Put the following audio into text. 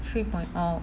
three point orh